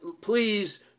please